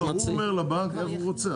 הוא אומר לבנק איך הוא רוצה.